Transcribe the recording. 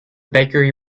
bakery